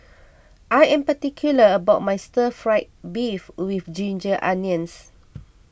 I am particular about my Stir Fried Beef with Ginger Onions